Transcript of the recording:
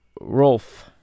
Rolf